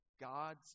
God's